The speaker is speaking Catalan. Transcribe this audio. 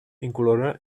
incolora